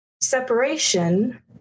separation